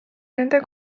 nende